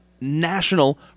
National